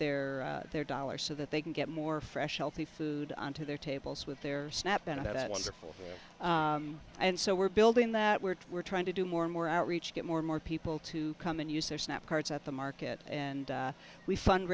their their their dollar so that they can get more fresh healthy food on to their tables with their snap out of it wonderful and so we're building that where we're trying to do more and more outreach get more and more people to come and use their snap cards at the market and we fund